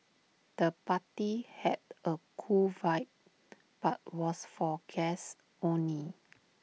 the party had A cool vibe but was for guests only